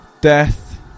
death